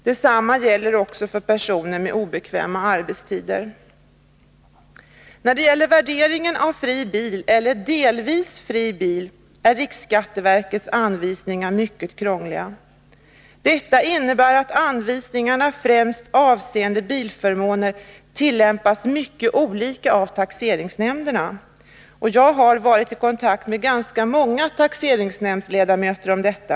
Detsamma gäller för personer med obekväma arbetstider. När det gäller värderingen av fri eller delvis fri bil är riksskatteverkets anvisningar mycket krångliga. Detta innebär att anvisningarna främst avseende bilförmånen tillämpas mycket olika av taxeringsnämnderna. Jag har varit i kontakt med ganska många taxeringsnämndsledamöter om detta.